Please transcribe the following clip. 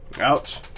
ouch